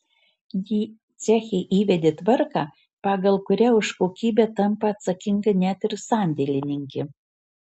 ji ceche įvedė tvarką pagal kurią už kokybę tampa atsakinga net ir sandėlininkė